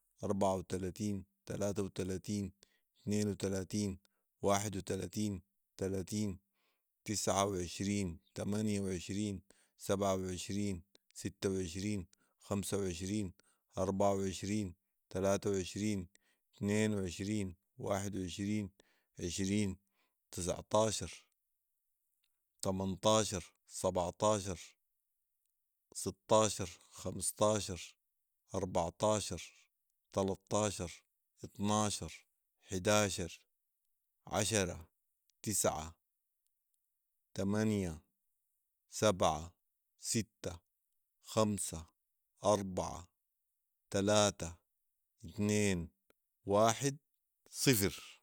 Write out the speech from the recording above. اربعه وتلاتين ، تلاته وتلاتين ، اتنين وتلاتين ، واحد وتلاتين ، تلاتين ، تسعه وعشرين ، تمانية وعشرين ، سبعه وعشرين ، سته وعشرين، خمس وعشرين ، اربعه وعشرين ، تلاته وعشرين ، اتنين وعشرين ، واحد وعشرين ، عشرين ، تسعطاشر ، تمنطاشر ، سبعطاشر ، سطاشر، خمطاشر، اربعطاشر ، تلطاشر ، اطناشر ، حداشر ، عشره ، تسعه ، تمانيه ، سبعه ،سته ، خمسه ، اربعه ، تلاته ، اتنين ، واحد ، صفر